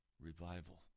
revival